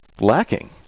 lacking